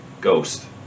Ghost